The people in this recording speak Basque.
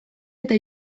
eta